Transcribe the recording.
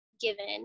given